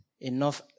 enough